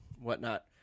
whatnot